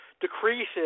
decreases